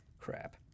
crap